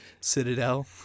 Citadel